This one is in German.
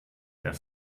der